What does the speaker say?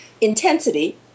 intensity